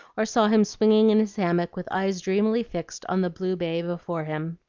or saw him swinging in his hammock with eyes dreamily fixed on the blue bay before him.